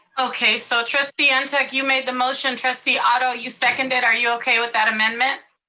okay, so trustee ah ntuk, you made the motion. trustee otto, you seconded, are you okay with that amendment?